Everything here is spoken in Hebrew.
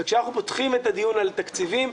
וכשאנחנו פותחים את הדיון על תקציבים,